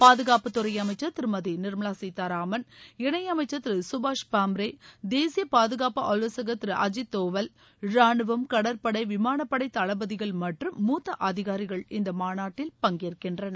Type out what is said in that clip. பாதுகாப்புத்துறை அமைச்சர் திருமதி நிர்மலா சீதாராமன் இணையமைச்சர் திரு சுபாஷ் பாம்ரே தேசிய பாதுகாப்பு ஆலோசகர் திரு அஜீத் தோவல் ரானுவம் கடற்படை விமானப்படை தளபதிகள் மற்றும் மூத்த அதிகாரிகள் இந்த மாநாட்டில் பங்கேற்கின்றனர்